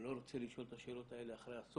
אני לא רוצה לשאול את השאלות האלה אחרי אסון.